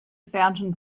fountain